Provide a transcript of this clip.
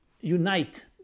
unite